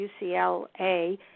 UCLA